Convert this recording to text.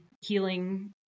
healing